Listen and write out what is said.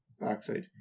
backside